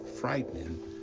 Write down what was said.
frightening